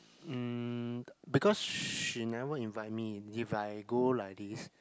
mm because she never invite me if I go like this